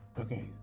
Okay